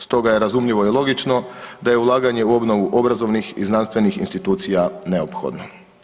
Stoga je razumljivo i logično da je ulaganje u obnovu obrazovnih i znanstvenih institucija neophodno.